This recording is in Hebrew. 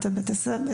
או בית הספר?